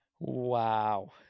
Wow